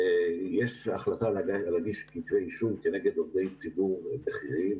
יש החלטה להגיש כתבי אישום כנגד עובדי ציבור בכירים,